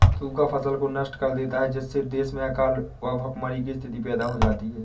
सूखा फसल को नष्ट कर देता है जिससे देश में अकाल व भूखमरी की स्थिति पैदा हो जाती है